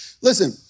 Listen